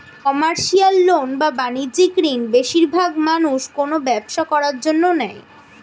commercial loan বা বাণিজ্যিক ঋণ বেশিরবাগ মানুষ কোনো ব্যবসা করার জন্য নেয়